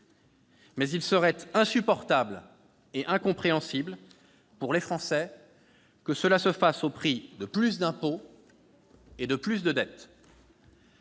Mais il serait insupportable et incompréhensible pour les Français que cela se fasse au prix de plus d'impôt et de plus de dette.